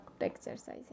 exercising